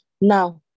Now